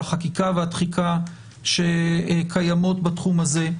החקיקה והתחיקה שקיימות בתחום הזה,